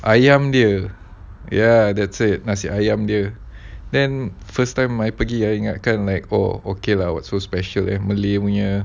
ayam dia ya that's it nasi ayam dia then first time I pergi I ingatkan like oh okay lah what so special like malay punya